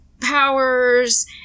powers